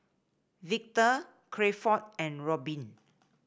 Victor Crawford and Robin